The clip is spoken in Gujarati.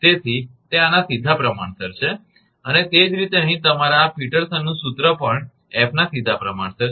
તેથી તે આના સીધા પ્રમાણસર છે અને તે જ રીતે અહીં તમારા આ પીટરસનનું સૂત્ર પણ 𝑓 ના સીધા પ્રમાણસર છે